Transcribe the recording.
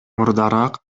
мурдараак